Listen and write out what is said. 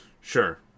sure